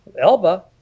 Elba